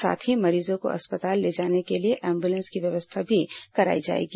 साथ ही मरीजों को अस्पताल ले जाने के लिए एंबुलेंस की व्यवस्था भी कराई जाएगी